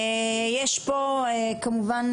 יש פה כמובן,